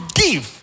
give